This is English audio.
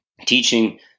teaching